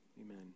Amen